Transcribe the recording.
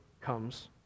comes